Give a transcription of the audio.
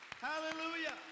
Hallelujah